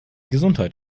gesundheit